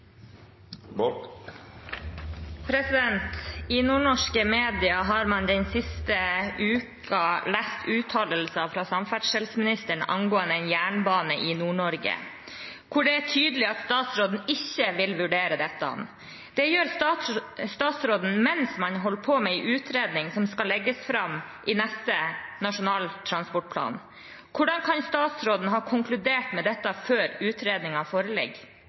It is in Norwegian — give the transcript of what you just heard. gjere. «I nordnorske medier har man den siste uken lest uttalelser fra samferdselsministeren angående en jernbane i nord hvor det er tydelig at statsråden ikke vil vurdere dette. Dette gjør statsråden mens man holder på med en utredning som skal legges frem i neste nasjonale transportplan. Hvordan kan statsråden ha konkludert med dette før utredningen foreligger?»